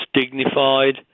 dignified